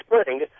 spring